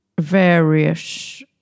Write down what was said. various